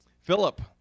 Philip